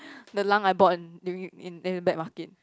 the lung I bought in during in the black market